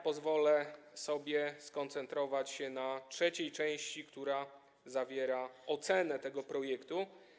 Pozwolę sobie skoncentrować się na trzeciej części, która zawiera ocenę tego projektu.